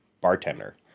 bartender